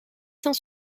cent